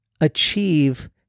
achieve